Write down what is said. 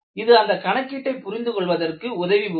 இது அந்த கணக்கீட்டை புரிந்துகொள்வதற்கு உதவி புரியும்